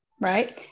right